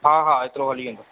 हा हा हेतिरो हली वेंदो